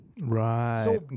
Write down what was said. Right